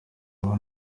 aho